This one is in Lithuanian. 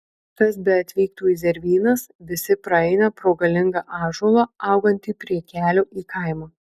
kas beatvyktų į zervynas visi praeina pro galingą ąžuolą augantį prie kelio į kaimą